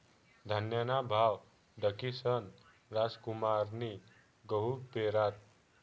धान्यना भाव दखीसन रामकुमारनी गहू पेरात